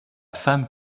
femme